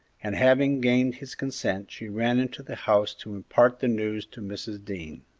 and, having gained his consent, she ran into the house to impart the news to mrs. dean.